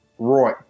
Roy